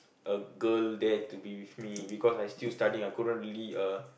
a girl there to be with me because I still studying I couldn't really uh